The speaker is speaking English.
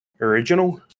original